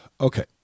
Okay